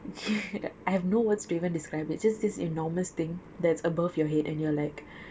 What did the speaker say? I have no words to even describe it just this enormous thing that's above your head and you're like